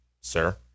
sir